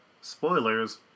spoilers